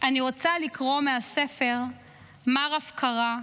לקרוא מהספר "מר הפקרה,